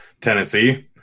tennessee